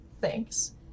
Thanks